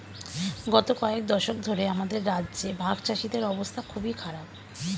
গত কয়েক দশক ধরে আমাদের রাজ্যে ভাগচাষীদের অবস্থা খুবই খারাপ